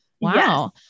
Wow